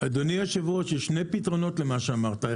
אדוני היושב-ראש, יש שני פתרונות למה שאמרת.